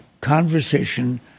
conversation